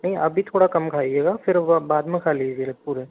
नहीं अभी थोड़ा कम खाइएगा फिर वो बाद में खा लीजिए पूरा